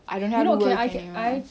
I don't have to work anymore